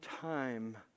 time